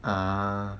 ah